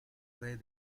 red